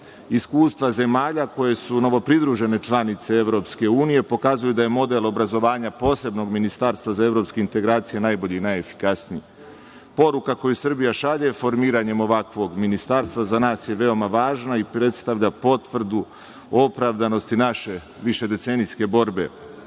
Iskustva zemalja koje su novopridružene članice EU pokazuje da je model obrazovanja posebnog ministarstva za evropske integracije najbolji i najefikasniji. Poruka koju Srbija šalje formiranjem ovakvog ministarstva za nas je veoma važna i predstavlja potvrdu opravdanosti naše višedecenijske borbe. Srpski